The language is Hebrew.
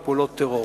בפעולות טרור.